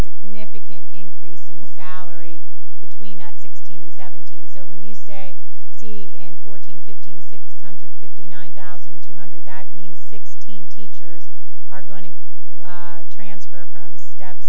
significant increase in salary between that sixteen and seventeen so when you say see and fourteen fifteen six hundred fifty nine thousand two hundred that means sixteen teachers are going to transfer from step